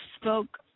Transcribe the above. spoke